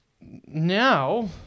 now